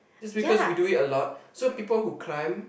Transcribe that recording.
just because we do it a lot so people who climb